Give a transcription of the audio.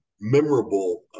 memorable